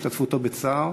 השתתפותו בצער,